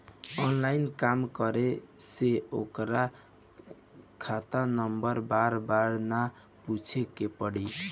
online काम करे से ओकर खाता नंबर बार बार ना पूछे के पड़ी